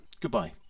Goodbye